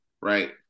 right